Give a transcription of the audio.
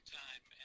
time